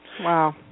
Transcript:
Wow